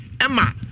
emma